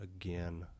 again